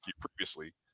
previously